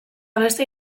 beste